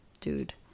dude